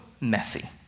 messy